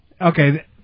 okay